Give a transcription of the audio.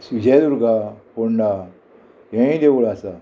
सुजयदुर्गा फोंडा हेय देवूळ आसा